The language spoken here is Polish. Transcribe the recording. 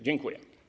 Dziękuję.